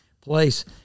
place